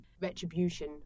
retribution